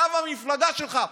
אתה והמפלגה שלך.